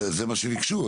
זה מה שביקשו.